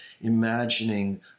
imagining